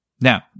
Now